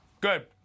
Good